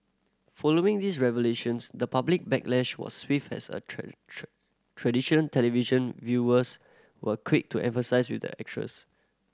following these revelations the public backlash was swift as a tradition television viewers were quick to empathise with the actress